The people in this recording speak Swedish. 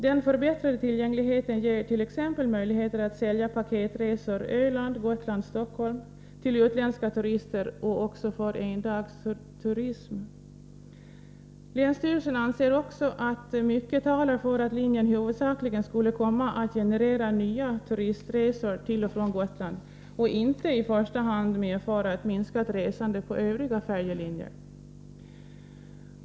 Den förbättrade tillgängligheten ger t.ex. möjligheter att sälja paketresor Öland Gotland-Stockholm till utländska turister och för endagsturism. Länsstyrelsen anser också att mycket talar för att linjen huvudsakligen skulle komma att generera nya turistresor till och från Gotland och inte i första hand medföra ett minskat resande på övriga färjelinjer.